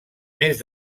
més